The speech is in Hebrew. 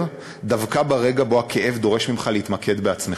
דווקא ברגע שבו הכאב דורש ממך להתמקד בעצמך.